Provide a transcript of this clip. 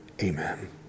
Amen